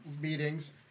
meetings